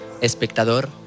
Espectador